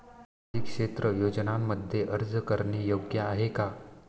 सामाजिक क्षेत्र योजनांमध्ये अर्ज करणे योग्य आहे का?